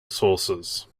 sources